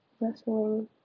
Wrestling